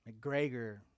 McGregor